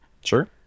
Sure